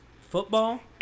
football